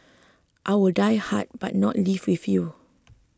I will die but not leave with you